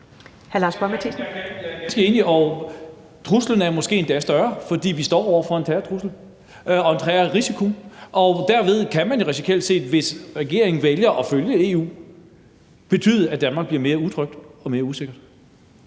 Jeg er ganske enig, og truslen er måske endda større, for vi står over for en terrortrussel og en terrorrisiko. Derved kan det jo principielt set, hvis regeringen vælger at følge EU, betyde, at Danmark bliver mere utrygt og mere usikkert.